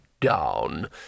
down